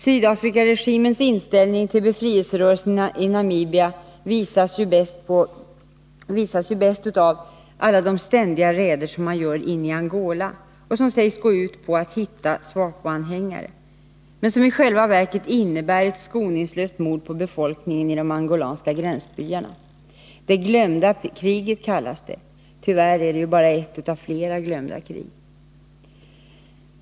Sydafrikaregimens inställning till befrielserörelserna i Namibia framgår bäst av alla de räder som man ständigt gör in i Angola och som sägs gå ut på att hitta SWAPO-anhängare, men som i själva verket innebär ett skoningslöst mord på befolkningen i de angolanska gränsbyarna. Det glömda kriget kallas det. Tyvärr är det bara ett av flera glömda krig.